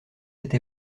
cette